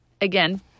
again